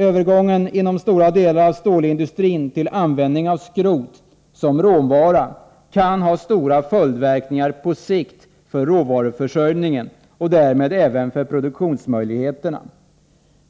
Övergången inom stora delar av stålindustrin till användning av skrot som råvara kan ha stora följdverkningar på sikt för råvaruförsörjningen och därmed även för produktionsmöjligheterna.